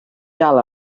dal